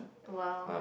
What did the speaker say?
!wow!